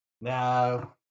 now